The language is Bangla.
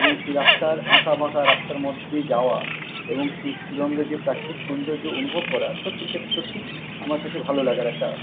এবং সেই রাস্তার আঁকা বাঁকা রাস্তার মধ্যে দিয়ে যাওয়া এবং সেই শিলংয়ের যে প্রাকৃতিক সৌন্দর্য অনুভব করা সত্যি সেটা সত্যি আমার কাছে ভালো লাগার একটা